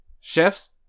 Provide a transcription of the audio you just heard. chefs